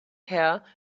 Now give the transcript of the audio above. hair